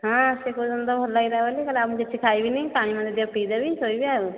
ହଁ ସେ କହୁଛନ୍ତି ତ ଭଲ ଲାଗିଲା ବୋଲି ଆଉ ମୁଁ କିଛି ଖାଇବିନି ପାଣି ମୁନ୍ଦେ ଦିଅ ପିଇ ଦେବି ଶୋଇବି ଆଉ